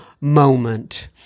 moment